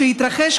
שהתרחש,